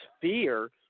fear